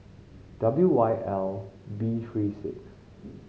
W Y L B three six